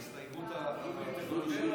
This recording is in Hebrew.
באיזו הסתייגות אנחנו עכשיו?